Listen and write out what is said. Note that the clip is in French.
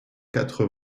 quatre